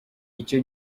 icyo